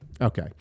okay